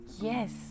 Yes